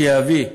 שיביא,